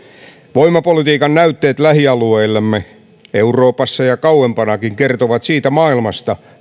voimapolitiikan näytteet lähialueillemme euroopassa ja kauempanakin kertovat siitä maailmasta